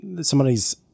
Somebody's